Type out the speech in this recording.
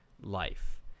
life